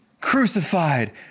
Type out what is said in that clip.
crucified